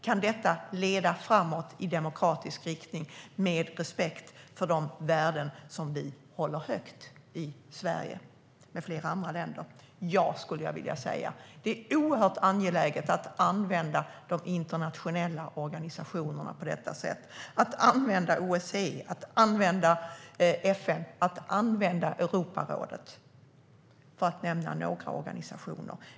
Kan detta leda framåt i demokratisk riktning, med respekt för de värden som vi håller högt i Sverige med flera andra länder? Ja, skulle jag vilja säga. Det är oerhört angeläget att använda de internationella organisationerna - OSSE, FN och Europarådet, för att nämna några - på detta sätt.